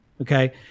okay